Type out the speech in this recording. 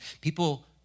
People